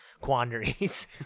quandaries